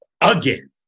again